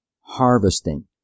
harvesting